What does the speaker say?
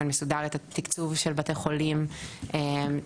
מסודר את התקצוב של בתי חולים ציבוריים,